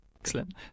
Excellent